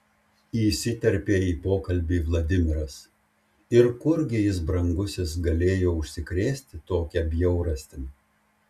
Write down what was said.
įsiterpė į pokalbį vladimiras ir kurgi jis brangusis galėjo užsikrėsti tokia bjaurastim